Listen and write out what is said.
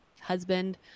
husband